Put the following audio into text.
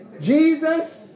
Jesus